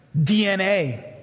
DNA